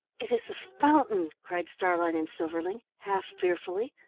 it is the fountain! cried starlein and silverling, half fearfully.